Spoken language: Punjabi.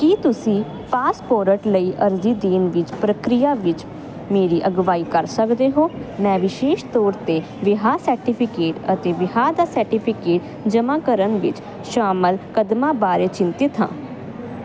ਕੀ ਤੁਸੀਂ ਪਾਸਪੋਰਰਟ ਲਈ ਅਰਜ਼ੀ ਦੇਣ ਵਿੱਚ ਪ੍ਰਕਿਰਿਆ ਵਿੱਚ ਮੇਰੀ ਅਗਵਾਈ ਕਰ ਸਕਦੇ ਹੋ ਮੈਂ ਵਿਸ਼ੇਸ਼ ਤੌਰ 'ਤੇ ਵਿਆਹ ਸਰਟੀਫਿਕੇਟ ਅਤੇ ਵਿਆਹ ਦਾ ਸਰਟੀਫਿਕੇਟ ਜਮ੍ਹਾਂ ਕਰਨ ਵਿੱਚ ਸ਼ਾਮਲ ਕਦਮਾਂ ਬਾਰੇ ਚਿੰਤਤ ਹਾਂ